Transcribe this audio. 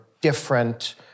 different